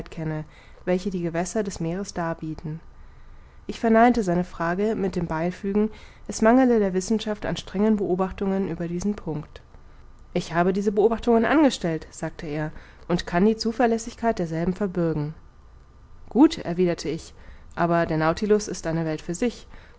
welche die gewässer des meeres darbieten ich verneinte seine frage mit dem beifügen es mangele der wissenschaft an strengen beobachtungen über diesen punkt ich habe diese beobachtungen angestellt sagte er und kann die zuverlässigkeit derselben verbürgen gut erwiderte ich aber der nautilus ist eine welt für sich